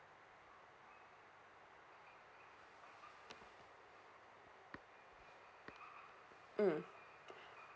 mm